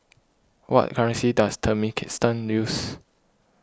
what currency does Turkmenistan use